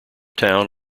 town